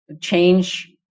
change